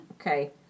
Okay